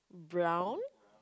brown